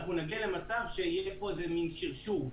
אנחנו נגיע למצב שיהיה פה איזה מין שרשור,